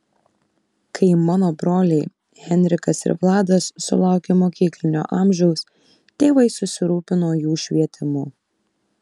kai mano broliai henrikas ir vladas sulaukė mokyklinio amžiaus tėvai susirūpino jų švietimu